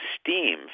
steam